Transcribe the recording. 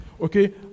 Okay